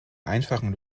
einfachen